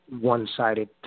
one-sided